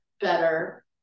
better